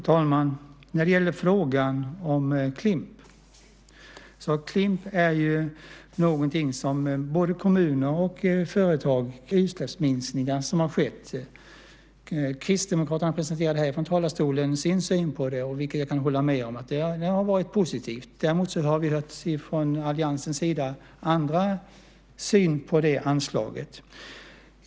Fru talman! När det gäller frågan om klimatinvesteringsprogram kan jag säga att både kommuner och företag kan söka anslag i Klimp. Klimp har faktiskt varit en framgång. Det ser man på vilka utsläppsminskningar som har skett. Kristdemokraterna presenterade från talarstolen sin syn på det, vilken jag kan hålla med om. Det har varit positivt. Däremot har vi från alliansens sida hört andra synpunkter på det anslaget.